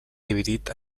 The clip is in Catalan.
dividit